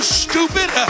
stupid